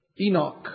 Enoch